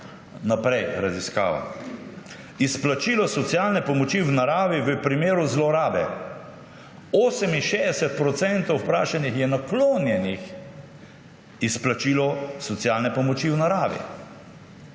Naprej, raziskava. Izplačilo socialne pomoči v naravi v primeru zlorabe. 68 % vprašanih je naklonjenih izplačilu socialne pomoči v naravi.